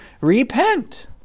repent